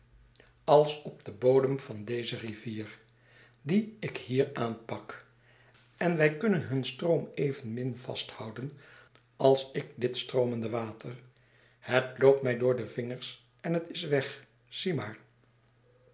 als op den geoote verwachtwgen bodem van deze rivier die ik hier aanpak en wij kunnen hun stroom evenmin vasthouden alsik dit stroomende water het loopt mij door de vingers en het is weg zie maar